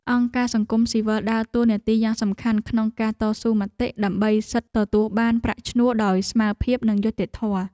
អង្គការសង្គមស៊ីវិលដើរតួនាទីយ៉ាងសំខាន់ក្នុងការតស៊ូមតិ ដើម្បីសិទ្ធិទទួលបានប្រាក់ឈ្នួលដោយស្មើភាពនិងយុត្តិធម៌។